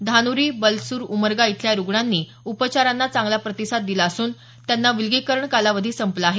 धानुरी बलसुर उमरगा इथल्या या रुग्णांनी उपचारांना चांगला प्रतिसाद दिला असून त्यांचा विलगीकरण कालावधी संपला आहे